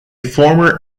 former